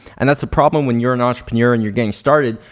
and that's the problem when you're an entrepreneur and you're getting started,